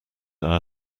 our